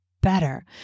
better